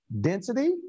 density